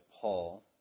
Paul